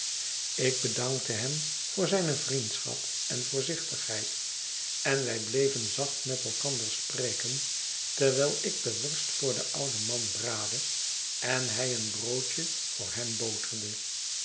ik bedankte hem voor zijne vriendschap en voorzichtigheid en wij bleven zacht met elkander spreken terwijl ik de worst voor den ouden man braadde en hij een brood je voor hem boterde